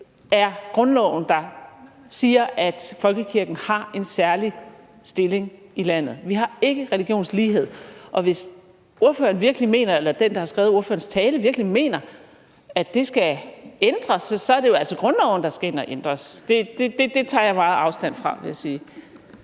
er grundloven, der siger, at folkekirken har en særlig stilling i landet. Vi har ikke religionslighed, og hvis ordføreren eller den, der har skrevet ordførerens tale, virkelig mener, at det skal ændres, så er det grundloven, man skal ind at ændre på, og det tager jeg meget afstand fra, vil jeg sige.